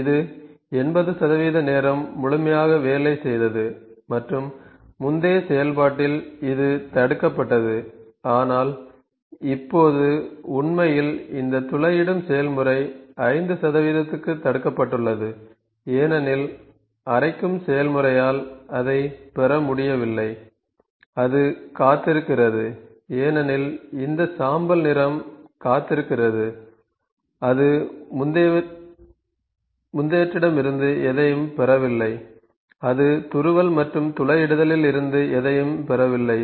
இது 80 நேரம் முழுமையாக வேலை செய்தது மற்றும் முந்தைய செயல்பாட்டில் இது தடுக்கப்பட்டது ஆனால் இப்போது உண்மையில் இந்த துளையிடும் செயல்முறை 5 க்கு தடுக்கப்பட்டுள்ளது ஏனெனில் அரைக்கும் செயல்முறையால் அதைப் பெற முடியவில்லை அது காத்திருக்கிறது ஏனெனில் இந்த சாம்பல் நிறம் காத்திருக்கிறது அது முந்தையற்றிடமிருந்து எதையும் பெறவில்லை அது துருவல் மற்றும் துளையிடுதலில் இருந்து எதையும் பெறவில்லை